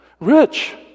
Rich